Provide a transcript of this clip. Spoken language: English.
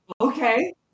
okay